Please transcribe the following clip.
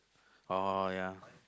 oh ya